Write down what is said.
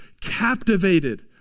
captivated